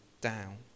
down